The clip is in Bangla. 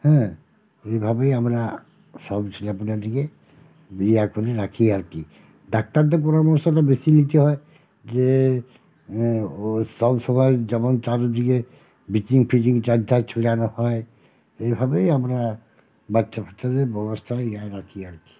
হ্যাঁ এইভাবেই আমরা সব ছেলে পিলে থেকে বিয়ে করে রাখি আর কি ডাক্তারদের পরামর্শটা বেশি নিতে হয় যে ও সব সময় যেমন চারিদিকে ব্লিচিং ফিচিং চার ধার ছড়ানো হয় এইভাবেই আমরা বাচ্চা ফাচ্চাদের ব্যবস্থাটা ইয়া রাখি আর কি